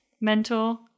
mentor